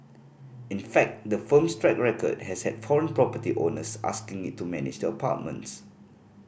in fact the firm's track record has had foreign property owners asking it to manage their apartments